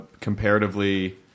comparatively